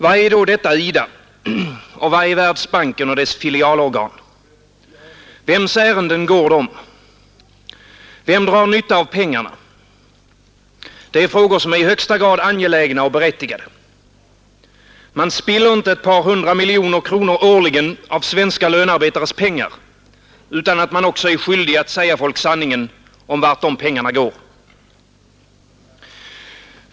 Vad är då detta IDA, och vad är Världsbanken och dess filialorgan? Vems ärenden går de? Vem drar nytta av pengarna? Det är frågor som är i högsta grad angelägna och berättigade. Man spiller inte ett par hundra miljoner kronor årligen av svenska lönarbetares pengar utan att man också är skyldig att säga folk sanningen om vart pengarna går.